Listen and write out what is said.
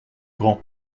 grand